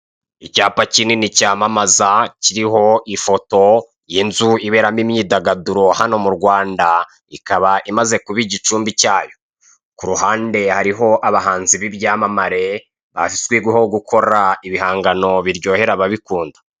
Icyapa kinini cyamamaza kiriho ifoto y'inzu iberamo imyidagaduro hano mu Rwanda ikaba imaze kuba igicumbi cyayo. Ku ruhande hariho abahanzi b'ibyamamare bazwiho gukora ibihangano biryohera ababikunda.